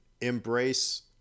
embrace